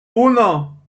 uno